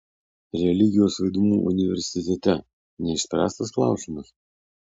religijos vaidmuo universitete neišspręstas klausimas